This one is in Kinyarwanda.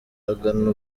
agana